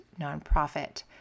nonprofit